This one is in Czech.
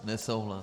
Nesouhlas.